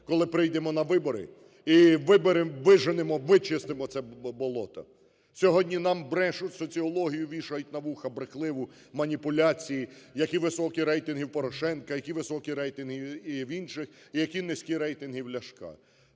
і виберемо, виженемо, вичистимо це болото. Сьогодні нам брешуть, соціологію вішають на вуха брехливу, маніпуляції, які високі рейтинги у Порошенка, які високі рейтинги і в інших, і які низькі рейтинги в Ляшка.